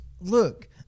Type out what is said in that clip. Look